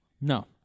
No